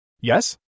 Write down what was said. Yes